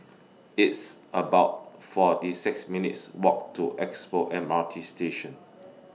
It's about forty six minutes' Walk to Expo MRT Station